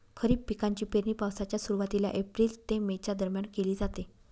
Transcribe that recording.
खरीप पिकांची पेरणी पावसाच्या सुरुवातीला एप्रिल ते मे च्या दरम्यान केली जाते